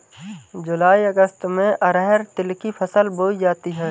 जूलाई अगस्त में अरहर तिल की फसल बोई जाती हैं